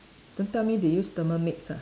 don't tell me they use Thermomix ah